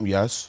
Yes